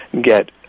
get –